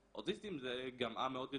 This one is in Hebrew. אוטיסטים זה גם עם מאוד יצירתי.